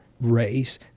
race